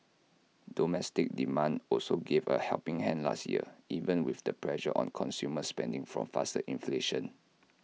domestic demand also gave A helping hand last year even with the pressure on consumer spending from faster inflation